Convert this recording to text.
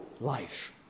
Life